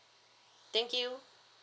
thank you